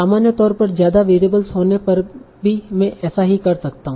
सामान्य तौर पर ज्यादा वेरिएबल्स होने पर भी मैं ऐसा ही कर सकता हूं